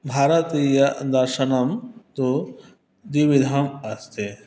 भारतीयदर्शनं तु द्विविधम् अस्ति